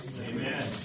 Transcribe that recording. Amen